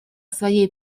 своей